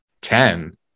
ten